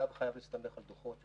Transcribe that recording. צו חייב להסתמך על דוחות,